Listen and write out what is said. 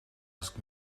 ask